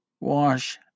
Wash